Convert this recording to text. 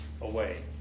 away